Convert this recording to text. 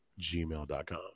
gmail.com